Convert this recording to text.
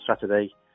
Saturday